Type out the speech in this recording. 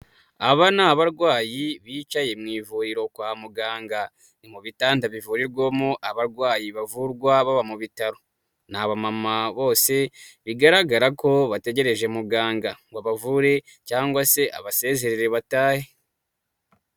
Aba ni abarwayi bicaye mu ivuriro kwa muganga, mu bitanda bivurirwamo abarwayi bavurwa baba mu bitaro, ni abamama bose, bigaragara ko bategereje muganga, ngo abavure cyangwa se abasezerere batahe.